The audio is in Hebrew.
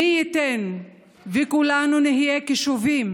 מי ייתן וכולנו נהיה קשובים